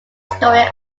story